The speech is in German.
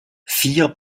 vier